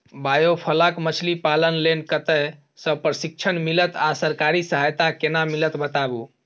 Biofloc मछलीपालन लेल कतय स प्रशिक्षण मिलत आ सरकारी सहायता केना मिलत बताबू?